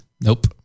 Nope